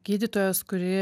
gydytojos kuri